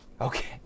Okay